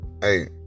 hey